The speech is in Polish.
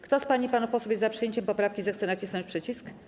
Kto z pań i panów posłów jest za przyjęciem poprawki, zechce nacisnąć przycisk.